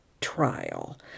trial